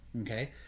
Okay